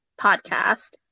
podcast